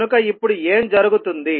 కనుక ఇప్పుడు ఏం జరుగుతుంది